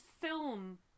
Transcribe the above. film